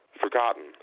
forgotten